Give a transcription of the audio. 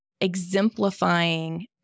exemplifying